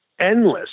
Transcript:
endless